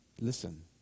Listen